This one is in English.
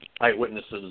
eyewitnesses